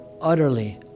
utterly